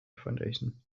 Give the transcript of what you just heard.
foundation